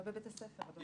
לא בבית הספר.